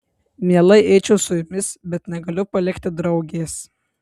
mielai eičiau su jumis bet negaliu palikti draugės